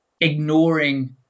ignoring